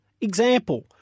Example